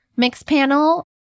Mixpanel